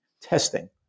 testing